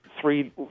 three